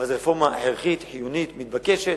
אבל זו רפורמה הכרחית, חיונית, מתבקשת.